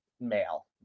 male